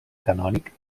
canònic